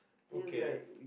okay